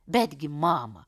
betgi mama